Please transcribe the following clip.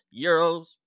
euros